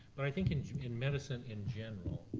but i think in in medicine in general,